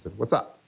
what's up?